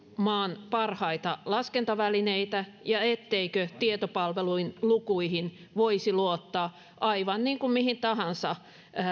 maan parhaita laskentavälineitä ja etteikö tietopalvelun lukuihin lukuihin voisi luottaa aivan niin kuin mihin tahansa